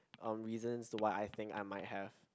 um reasons to why I think I might have